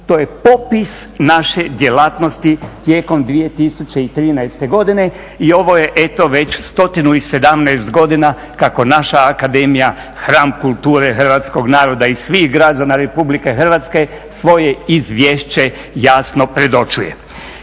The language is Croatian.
to je popis naše djelatnosti tijekom 2013. godine i ovo je već 117. godina kako naša akademija, hram kulture hrvatskog naroda i svih građana Republike Hrvatske svoje izvješće jasno predočuje.